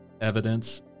evidence